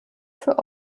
für